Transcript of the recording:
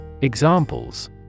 Examples